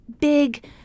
big